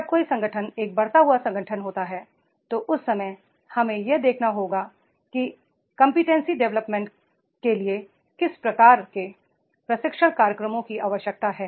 जब कोई संगठन एक बढ़ता हुआ संगठन होता है तो उस समय हमें यह देखना होगा कि कोम्पटेन्सी डेवलपमेंट के लिए किस प्रकार के प्रशिक्षण कार्यक्रमों की आवश्यकता है